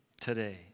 today